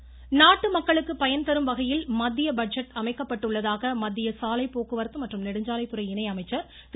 சிங் நாட்டு மக்களுக்கு பயன்தரும்வகையில் மத்திய பட்ஜெட் அமைக்கப்பட்டுள்ளதாக மத்திய சாலை போக்குவரத்து மற்றும் நெடுஞ்சாலைத்துறை இணை அமைச்சர் திரு